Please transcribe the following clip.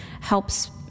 helps